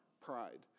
pride